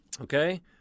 Okay